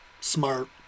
smart